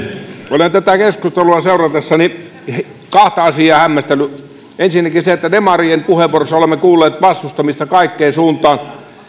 olen tätä keskustelua seuratessani kahta asiaa hämmästellyt ensinnäkin se että demarien puheenvuoroissa olemme kuulleet vastustamista kaikkeen suuntaan